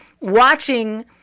watching